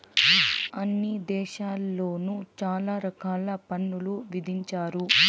అన్ని దేశాల్లోను చాలా రకాల పన్నులు విధించారు